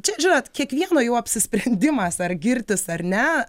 čia žinot kiekvieno jau apsisprendimas ar girtis ar ne